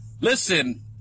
Listen